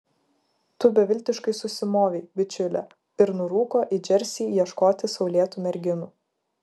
tu beviltiškai susimovei bičiule ir nurūko į džersį ieškoti saulėtų merginų